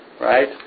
right